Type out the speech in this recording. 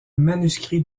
manuscrit